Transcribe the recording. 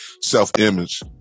self-image